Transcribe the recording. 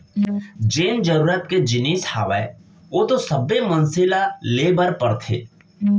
जेन जरुरत के जिनिस हावय ओ तो सब्बे मनसे ल ले बर परथे